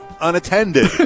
unattended